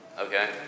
Okay